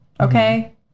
Okay